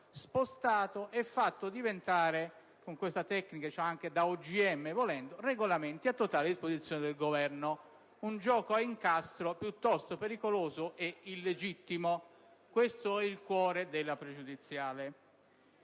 spostato e fatto diventare, con una tecnica che potremmo definire da OGM, regolamento a totale disposizione del Governo. Un gioco a incastro piuttosto pericoloso e illegittimo. Questo è il cuore della questione pregiudiziale.